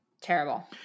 Terrible